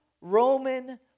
Roman